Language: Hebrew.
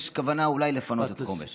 יש כוונה אולי לפנות את חומש.